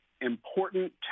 important